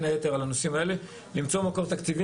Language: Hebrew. בין השאר על הנושאים האלה, כדי למצוא מקור תקציבי.